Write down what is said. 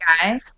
guy